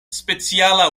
speciala